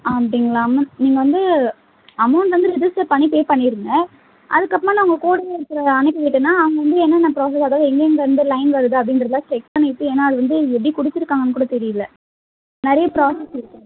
அப்படிங்களாம்மா நீங்கள் வந்து அமௌண்ட் வந்து ரிஜிஸ்டர் பண்ணி பே பண்ணிடுங்க அதுக்கப்புறமா நான் உங்கள் கூடவே ஒருத்தரை அனுப்பி விட்டேன்னால் அவங்க வந்து என்னென்ன ப்ராசஸ் அதாவது எங்கெங்கே இருந்து லைன் வருது அப்படின்றதுலாம் செக் பண்ணிவிட்டு ஏனால் அது வந்து எப்படி கொடுத்துருக்காங்கன்னு கூட தெரியல நிறைய ப்ராசஸ் இருக்குது